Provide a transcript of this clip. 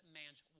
man's